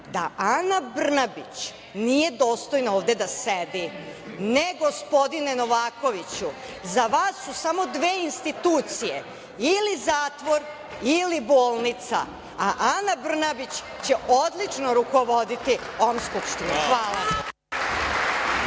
da Ana Brnabić nije dostojna ovde da sedi. Ne, gospodine Novakoviću, za vas su samo dve institucije ili zatvor ili bolnica, a Ana Brnabić će odlično rukovoditi ovom Skupštinom. Hvala.